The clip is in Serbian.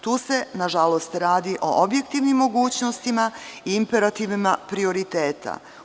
Tu se, nažalost, radi o objektivnim mogućnostima i imperativima prioriteta.